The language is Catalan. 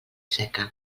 seca